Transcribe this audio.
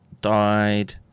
died